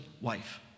wife